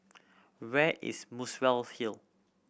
where is Muswell Hill